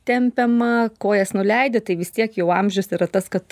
tempiama kojas nuleidi tai vis tiek jau amžius yra tas kad